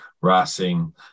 Racing